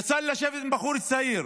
יצא לי לשבת עם בחור צעיר